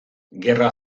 gerra